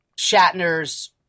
Shatner's